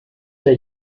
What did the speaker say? der